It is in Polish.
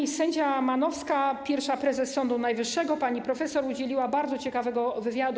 Pani sędzia Manowska, pierwsza prezes Sądu Najwyższego, pani profesor udzieliła bardzo ciekawego wywiadu.